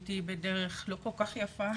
פניתי בדרך לא כל-כך יפה,